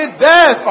death